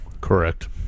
Correct